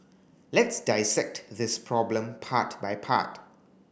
let's dissect this problem part by part